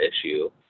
issue